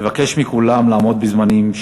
אני מבקש מכולם לעמוד בזמנים.